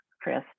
Chris